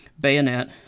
Bayonet